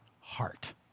heart